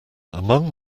among